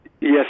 Yes